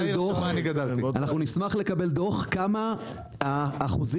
אנחנו נשמח לקבל דוח בכמה אחוזים